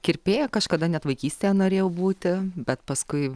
kirpėja kažkada net vaikystėje norėjau būti bet paskui